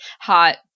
hot